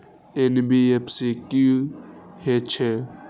NBFC की हे छे?